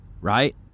right